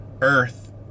earth